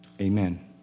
Amen